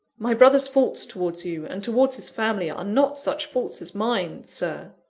my brother's faults towards you, and towards his family, are not such faults as mine, sir,